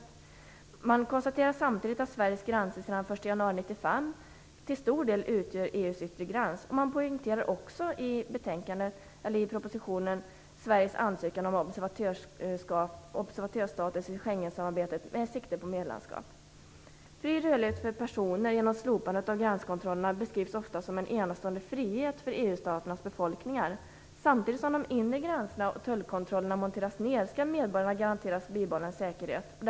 Men man konstaterar samtidigt att Sveriges gränser sedan den 1 januari 1995 till stor del utgör EU:s yttre gräns, och man poängterar också i propositionen Fri rörlighet för personer genom slopandet av gränskontrollerna beskrivs ofta som en enastående frihet för EU-staternas befolkningar. Samtidigt som de inre gränserna och tullkontrollerna monteras ned skall medborgarna garanteras bibehållen säkerhet.